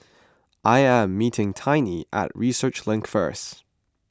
I am meeting Tiny at Research Link first